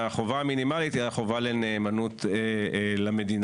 והחובה המינימלית היא החובה לנאמנות למדינה.